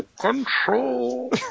Control